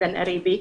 קרובה מאוד.